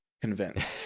convinced